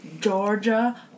georgia